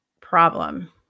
problem